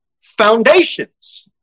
Foundations